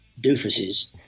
doofuses